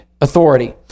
authority